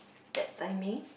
that timing